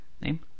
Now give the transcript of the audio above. name